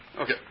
Okay